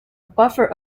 buffer